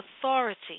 Authority